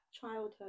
childhood